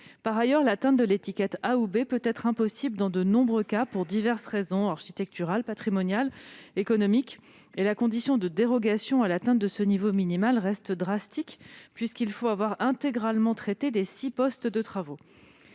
Par ailleurs, atteindre l'étiquette A ou B peut être impossible dans de nombreux cas, pour diverses raisons architecturales, patrimoniales ou économiques. Les conditions de dérogation à l'atteinte de ce niveau minimal restent drastiques, puisqu'il faut avoir intégralement traité les six postes de travaux.